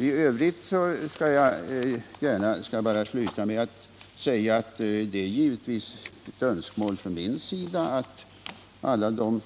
I övrigt skall jag sluta med att säga att det givetvis är ett önskemål från min sida att alla de